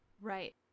Right